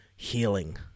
healing